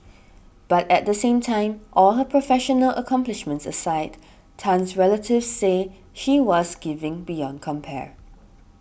but at the same time all her professional accomplishments aside Tan's relatives say she was giving beyond compare